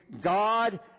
God